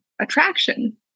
attraction